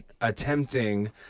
attempting